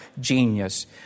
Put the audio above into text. genius